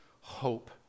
hope